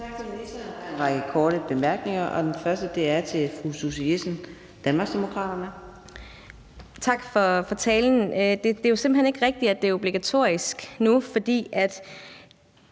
Tak for talen. Det er jo simpelt hen ikke rigtigt, at det er obligatorisk nu. Når man